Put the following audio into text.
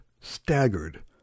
staggered